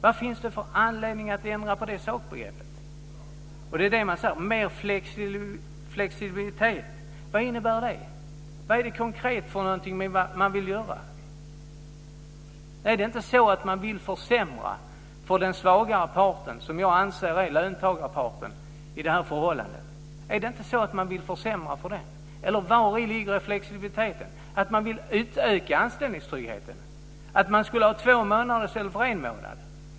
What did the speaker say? Vad finns det för anledning att ändra det sakbegreppet? Man talar om "ökad flexibilitet". Vad innebär det? Vad är det konkret man vill göra? Är det inte så att man vill försämra för den svagare parten, som jag anser är löntagarparten i det här förhållandet? Eller vari ligger flexibiliteten? Är det att man vill utöka anställningstryggheten, att man skulle ha två månader i stället för en månad?